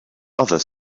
other